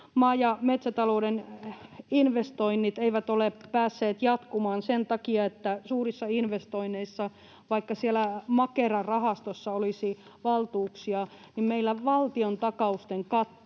maa- ja metsätalouden investoinnit eivät ole päässeet jatkumaan sen takia, että suurissa investoinneissa, vaikka siellä Makera-rahastossa olisi valtuuksia, meillä valtiontakausten katto